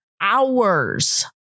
Hours